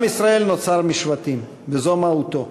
עם ישראל נוצר משבטים, וזו מהותו.